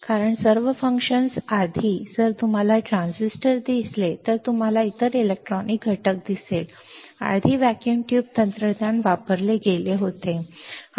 कारण सर्व फंक्शन्स आधी जर तुम्हाला ट्रान्झिस्टर दिसले तर तुम्हाला इतर इलेक्ट्रॉनिक घटक दिसले आधी व्हॅक्यूम ट्यूब तंत्रज्ञान वापरले गेले होते